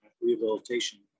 rehabilitation